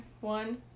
One